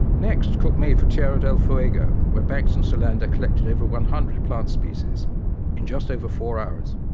next, cook made for tierra del fuego where banks and solander collected over one hundred plant species in just over four hours.